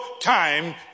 time